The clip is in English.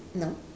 no